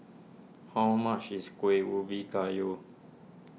how much is Kuih Ubi Kayu